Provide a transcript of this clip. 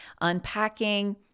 unpacking